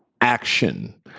action